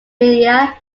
media